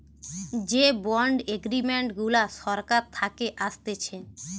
যে bond agreement গুলা সরকার থাকে আসতেছে